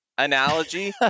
Analogy